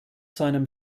seinem